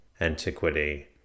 antiquity